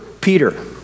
Peter